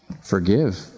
Forgive